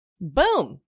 Boom